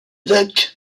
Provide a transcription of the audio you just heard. duck